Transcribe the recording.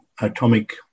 atomic